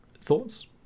thoughts